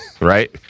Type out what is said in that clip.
Right